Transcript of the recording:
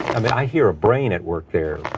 i mean i hear a brain at work there,